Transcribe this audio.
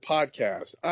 Podcast